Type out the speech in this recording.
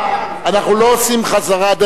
אתה התחלת להעלות את זה.